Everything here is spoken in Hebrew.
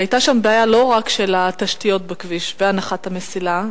היתה שם בעיה לא רק של התשתיות בכביש והנחת המסילה,